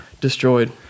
destroyed